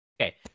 Okay